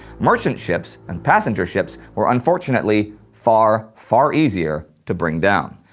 merchant ships and passenger ships were unfortunately far far easier to bring down.